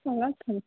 colour